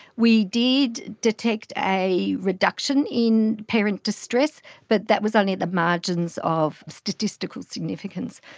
we did detect a reduction in parent distress but that was only at the margins of statistical significance.